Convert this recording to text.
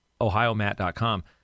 ohiomatt.com